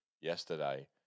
yesterday